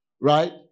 right